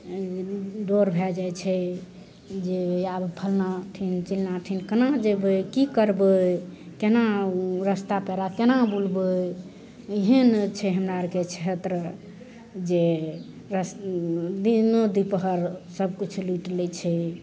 डर भए जाइ छै जे आरो फलना ठिन चिलना ठिन केना जेबय की करबय केना रस्ता पेरा केना बूलबय एहन छै हमरा अरके क्षेत्र जे रस दिने दुपहर सब किछु लूटि लै छै